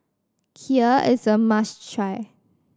Kheer is a must try